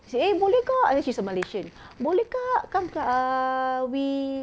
she say eh boleh kak and then she's a malaysian boleh kak come come uh we